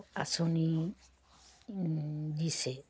আঁচনি দিছে